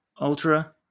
ultra